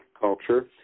culture